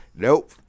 Nope